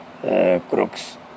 crooks